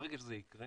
ברגע שזה יקרה